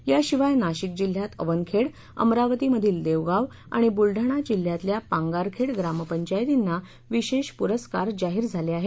याशिवाय नाशिक जिल्ह्यात अवनखेड अमरावती मधील देवगाव आणि बुलढाणा जिल्ह्यातल्या पांगारखेड ग्रामपंचायंतीना विशेष पुरस्कार जाहीर झाले आहेत